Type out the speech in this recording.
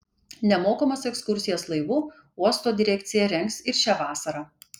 nemokamas ekskursijas laivu uosto direkcija rengs ir šią vasarą